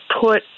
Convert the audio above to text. put